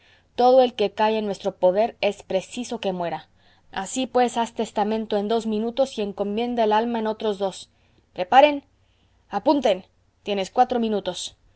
todo el que cae en nuestro poder es preciso que muera así pues haz testamento en dos minutos y encomienda el alma en otros dos preparen apunten tienes cuatro minutos